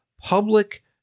public